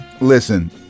Listen